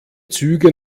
züge